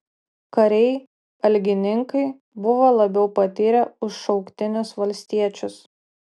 kariai algininkai buvo labiau patyrę už šauktinius valstiečius